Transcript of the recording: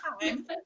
time